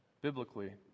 biblically